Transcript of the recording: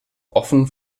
offen